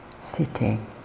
sitting